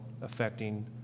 affecting